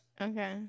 Okay